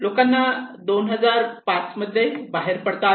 लोकांना 2005 मध्ये बाहेर पडता आले नाही